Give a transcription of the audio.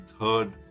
third